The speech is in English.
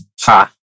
Ha